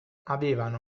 avevano